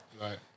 Right